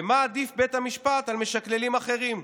במה עדיף בית המשפט על משקללים אחרים?"